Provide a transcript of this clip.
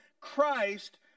Christ